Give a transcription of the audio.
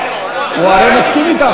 זהבה, הוא מסכים אתך.